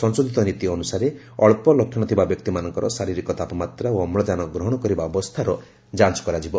ସଂଶୋଧିତ ନୀତି ଅନୁସାରେ ଅଳ୍ପ ଲକ୍ଷଣ ଥିବା ବ୍ୟକ୍ତିମାନଙ୍କର ଶାରୀରିକ ତାପମାତ୍ରା ଓ ଅମ୍ଳକାନ ଗ୍ରହଣ କରିବା ଅବସ୍ଥାର ଯାଞ୍ଚ କରାଯିବ